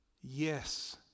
Yes